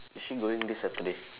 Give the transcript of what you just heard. is she going this Saturday